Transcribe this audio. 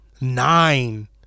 nine